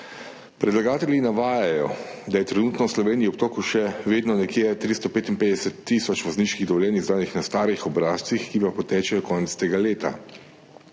Predlagatelji navajajo, da je trenutno v Sloveniji v obtoku še vedno okoli 355 tisoč vozniških dovoljenj, izdanih na starih obrazcih, ki pa potečejo konec tega leta.